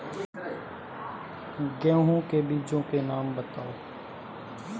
गेहूँ के बीजों के नाम बताओ?